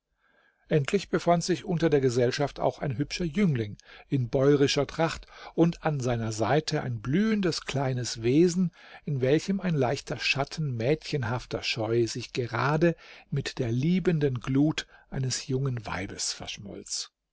endlich befand sich unter der gesellschaft auch ein hübscher jüngling in bäuerischer tracht und an seiner seite ein blühendes kleines wesen in welchem ein leichter schatten mädchenhafter scheu sich gerade mit der liebenden glut eines jungen weibes verschmolz